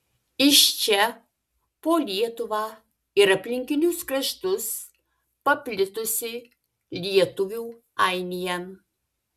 iš čia po lietuvą ir aplinkinius kraštus paplitusi lietuvių ainija